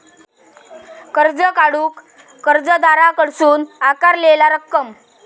कर्ज काढूक कर्जदाराकडसून आकारलेला रक्कम